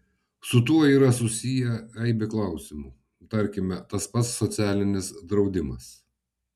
su tuo yra susiję aibė klausimų tarkime tas pats socialinis draudimas